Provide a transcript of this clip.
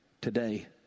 today